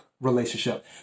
relationship